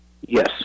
Yes